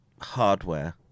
hardware